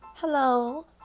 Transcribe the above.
Hello